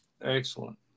Excellent